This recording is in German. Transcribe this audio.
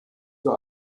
für